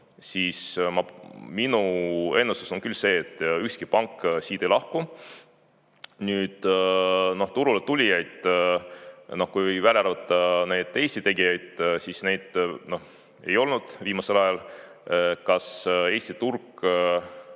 siis minu ennustus on küll see, et ükski pank siit ei lahku. Nüüd, turule tulijaid, kui välja arvata need Eesti tegijad, ei ole olnud viimasel ajal. Kas Eesti turul